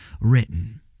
written